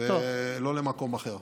ולא למקום אחר.